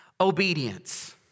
obedience